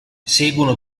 seguono